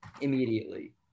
Immediately